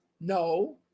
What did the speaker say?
No